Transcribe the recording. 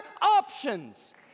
options